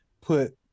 put